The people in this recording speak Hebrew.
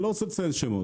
אני לא רוצה לציין שמות,